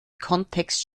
kontext